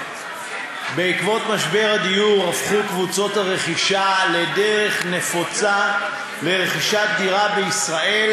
בעקבות משבר הדיור הפכו קבוצות הרכישה לדרך נפוצה לרכישת דירה בישראל,